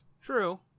True